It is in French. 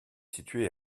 situé